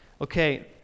Okay